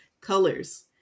colors